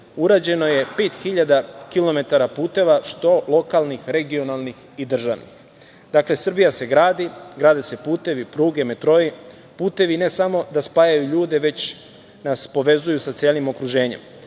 kilometar puteva, što lokalnih, regionalnih i državnih. Dakle, Srbija se gradi, grade se putevi, pruge, metroi. Putevi ne samo da spajaju ljude, već nas povezuju sa celim okruženjem.